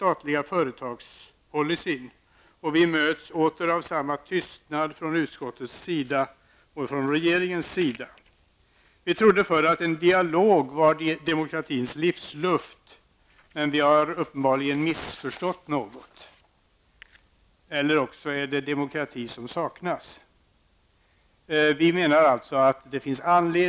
Åter har vi mötts av samma tystnad från utskottets och regeringens sida. Vi trodde förr att en dialog var demokratins livsluft, men vi har uppenbarligen missförstått något -- eller också saknas demokrati.